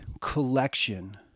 collection